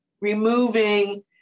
removing